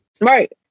right